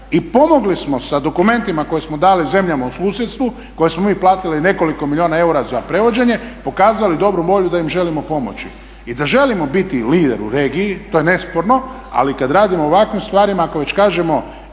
i pomogli smo sa dokumentima koje smo dali zemljama u susjedstvu, koje smo mi platili nekoliko milijuna eura za prevođenje, pokazali dobru volju da im želimo pomoći i da želimo biti lider u regiji, to je nesporno, ali kad radimo u ovakvim stvarima ako već kažemo